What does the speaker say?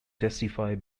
testify